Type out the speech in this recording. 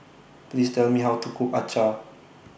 Please Tell Me How to Cook Acar